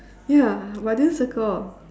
ya but I didn't circle all